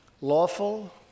lawful